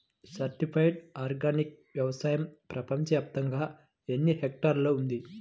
Certified organic వ్యవసాయం ప్రపంచ వ్యాప్తముగా ఎన్నిహెక్టర్లలో ఉంది?